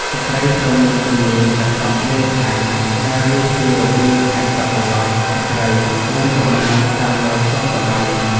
ស្ត្រីត្រូវមានជំនាញកាត់សក់មូលដ្ឋាន ដែលរៀនពីរបៀបកាត់សក់បុរស ស្ត្រី និងកុមារតាមម៉ូដទាន់សម័យ។